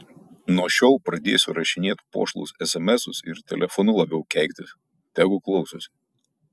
nuo šiol pradėsiu rašinėt pošlus esemesus ir telefonu labiau keiktis tegu klausosi